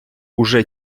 уже